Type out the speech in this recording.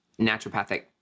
naturopathic